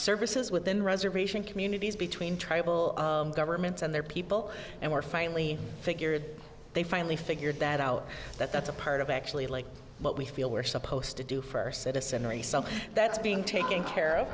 services within reservation communities between tribal governments and their people and were finally figured they finally figured that out that that's a part of actually like what we feel we're supposed to do for citizen really something that's being taken care of